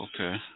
okay